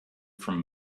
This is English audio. from